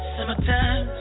Summertime